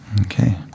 Okay